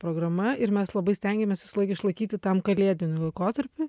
programa ir mes labai stengiamės visąlaik išlaikyti tam kalėdiniui laikotarpiui